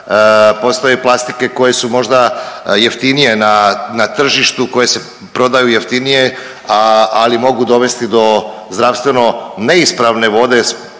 postoje plastike koje su možda jeftinije na tržištu, koje se prodaju jeftinije, ali mogu dovesti do zdravstveno neispravne vode,